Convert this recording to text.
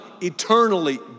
eternally